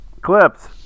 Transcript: clips